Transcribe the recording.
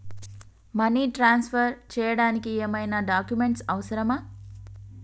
Money transfer చేయడానికి ఏమైనా documents అవసరమా?